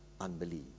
unbelief